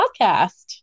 Podcast